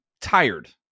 tired